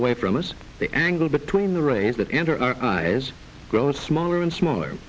away from us the angle between the rays that enter our eyes grows smaller and smaller